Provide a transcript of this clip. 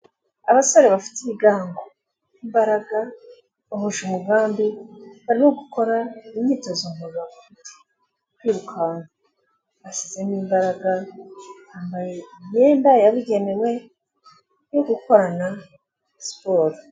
Abasore bafite ibigango, imbaraga bahuje umugambi barimo gukora imyitozo ngororamubiri, kwirukanka bashyizemo imbaraga, bambaye imyenda yabugenewe yo gukorana siporo.